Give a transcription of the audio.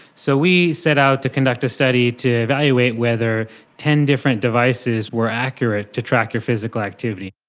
so we set out to conduct a study to evaluate whether ten different devices were accurate to track your physical activity.